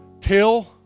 till